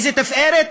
איזה תפארת